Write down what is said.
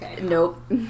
Nope